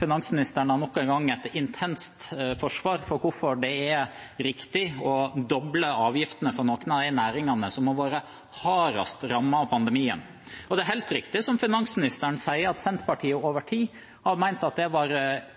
Finansministeren har nok en gang et intenst forsvar for hvorfor det er riktig å doble avgiftene for noen av de næringene som har vært hardest rammet av pandemien. Det er helt riktig, som finansministeren sier, at Senterpartiet over tid har ment at det var